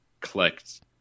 collect